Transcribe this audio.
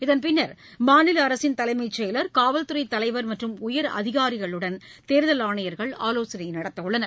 இதள் பின்னர் மாநிலஅரசின் தலைமைசெயலர் காவல் துறைதலைவர் மற்றும் உயர் அதிகாரிகளுடன் தேர்தல் ஆணையர்கள் ஆலோசனைநடத்தஉள்ளனர்